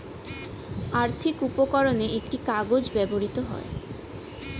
আর্থিক উপকরণে একটি কাগজ ব্যবহৃত হয়